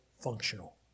functional